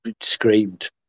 screamed